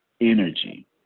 Energy